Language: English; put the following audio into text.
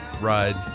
ride